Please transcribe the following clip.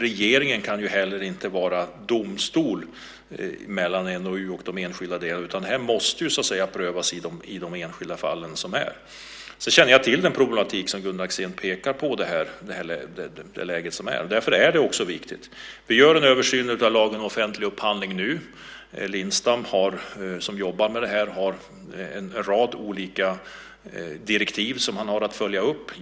Regeringen kan inte heller vara domstol i fråga om ärenden som berör NOU och enskilda bolag och myndigheter, utan de enskilda fallen måste prövas. Jag känner till att den problematik som Gunnar Axén pekar på finns. Därför är detta viktigt. Vi gör nu en översyn av lagen om offentlig upphandling. Lindstam, som jobbar med detta, har en rad olika direktiv att följa upp.